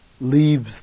leaves